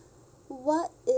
what is